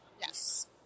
Yes